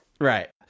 Right